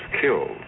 killed